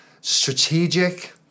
strategic